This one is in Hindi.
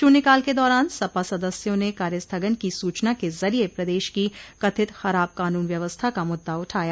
शून्यकाल के दौरान सपा सदस्यों ने कार्यस्थगन की सूचना के जरिये प्रदेश की कथित खराब कानून व्यवस्था का मुद्दा उठाया